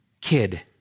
kid